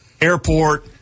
airport